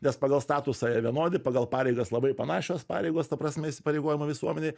nes pagal statusą jie vienodi pagal pareigas labai panašios pareigos ta prasme įsipareigojimai visuomenei